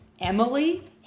Emily